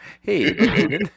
hey